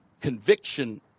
conviction